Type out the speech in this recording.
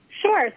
Sure